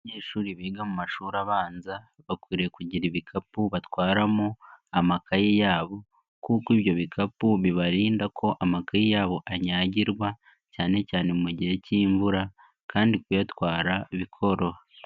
Abanyeshuri biga mu mashuri abanza, bakwiriye kugira ibikapu batwaramo amakaye yabo, kuko ibyo bikapu bibarinda ko amakaye yabo anyagirwa cyane cyane mu gihe cy'imvura, kandi kuyatwara bikoroha.